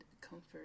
comfort